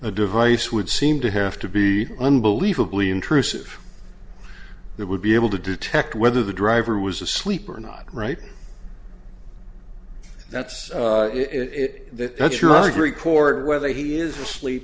a device would seem to have to be unbelievably intrusive that would be able to detect whether the driver was asleep or not right that's it that's your record whether he is asleep